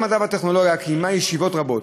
ועדת המדע והטכנולוגיה קיימה ישיבות רבות,